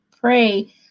pray